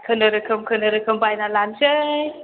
खुनुरुखुम खुनुरुखुम बायना लानसै